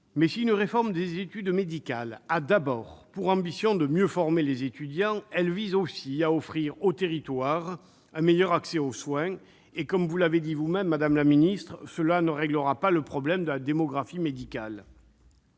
Mais si une réforme des études médicales a d'abord pour ambition de mieux former les étudiants, elle vise aussi à offrir aux territoires un meilleur accès aux soins. Comme vous l'avez dit vous-même, madame la ministre, cela « ne réglera pas le problème de la démographie médicale